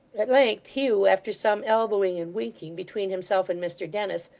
at length hugh, after some elbowing and winking between himself and mr dennis,